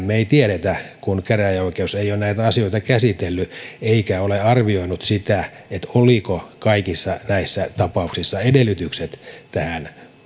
me emme tiedä kun käräjäoikeus ei ole näitä asioita käsitellyt eikä ole arvioinut sitä oliko kaikissa näissä tapauksissa edellytykset